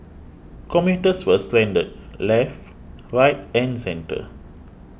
commuters were stranded left right and centre